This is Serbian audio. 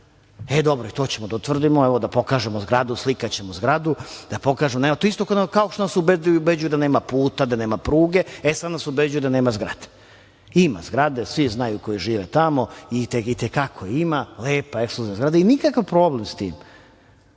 je, i to ćemo da je utvrdimo, evo da pokažemo zgradu, slikaćemo zgradu, kao što nas ubeđuju da nema puta, da nema pruge, e sad nas ubeđuje da nema zgrade, ima zgrade i svi znaju koji žive tamo i te kako ima, lepa ekskluzivna zgrada, nikakv problem sa tim